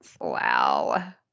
Wow